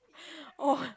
oh